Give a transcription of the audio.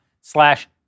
slash